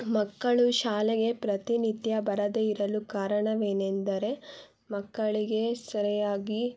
ಮಕ್ಕಳು ಶಾಲೆಗೆ ಪ್ರತಿನಿತ್ಯ ಬರದೇ ಇರಲು ಕಾರಣವೇನೆಂದರೆ ಮಕ್ಕಳಿಗೆ ಸರಿಯಾಗಿ